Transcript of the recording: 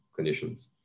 clinicians